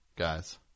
guys